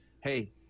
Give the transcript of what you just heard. hey